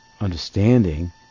understanding